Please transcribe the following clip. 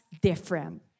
different